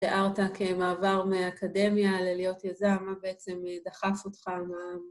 תיארת כמעבר מאקדמיה ללהיות יזם, מה בעצם דחף אותך מה...